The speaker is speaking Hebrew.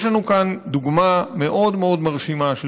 יש לנו כאן דוגמה מאוד מאוד מרשימה של